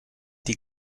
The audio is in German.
die